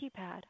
keypad